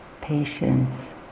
patience